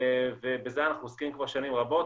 ובזה אנחנו עוסקים שנים רבות,